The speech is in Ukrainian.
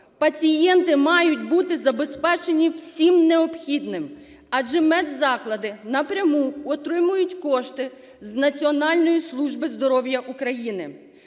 Пацієнти мають бути забезпечені всім необхідним, адже медзаклади напряму отримують кошти з Національної служби здоров'я України.